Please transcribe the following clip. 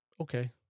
Okay